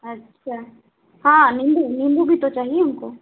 अच्छा हाँ निम्बू निम्बू भी तो चाहिए हमको